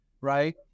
right